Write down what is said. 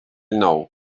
nou